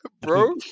bro